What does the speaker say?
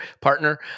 partner